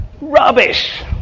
Rubbish